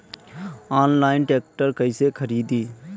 Online tractor कैसे खरदी?